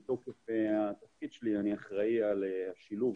מתוקף תפקידי אני אחראי על שילוב